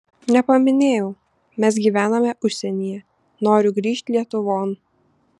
nepaminėjau mes gyvename užsienyje noriu grįžt lietuvon